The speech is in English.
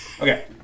Okay